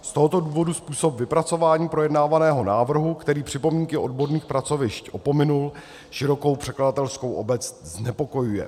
Z tohoto důvodu způsob vypracování projednávaného návrhu, který připomínky odborných pracovišť opominul, širokou překladatelskou obec znepokojuje.